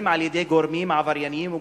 על-ידי גורמים עברייניים ופושעים.